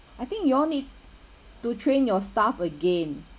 I think you all need to train your staff again